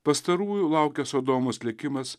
pastarųjų laukia sodomos likimas